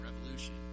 revolution